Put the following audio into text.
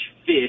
fish